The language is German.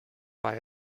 war